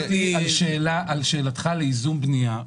על שאלתך לייזום בנייה,